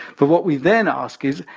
but what we then ask is,